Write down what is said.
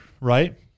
right